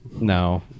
no